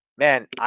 Man